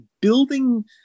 building